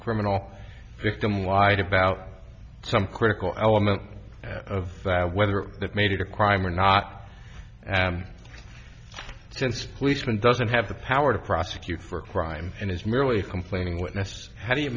criminal victim wide about some critical element of that whether that made it a crime or not since policeman doesn't have the power to prosecute for a crime and is merely complaining witness how do you